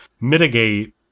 mitigate